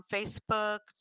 Facebook